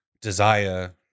desire